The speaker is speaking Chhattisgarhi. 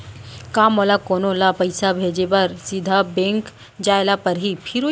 का मोला कोनो ल पइसा भेजे बर सीधा बैंक जाय ला परही?